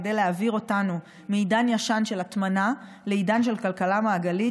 כדי להעביר אותנו מעידן ישן של הטמנה לעידן של כלכלה מעגלית,